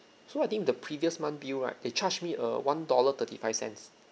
so I think the previous month bill right they charged me a one dollar thirty five cents